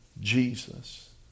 Jesus